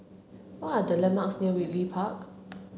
what are the landmarks near Ridley Park